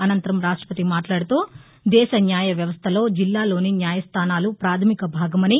అనంతరం రాష్షపతి మాట్లాడుతూదేశ న్యాయ వ్యవస్థలో జిల్లాల్లోని న్యాయస్థానాలు ప్రాథమిక భాగమని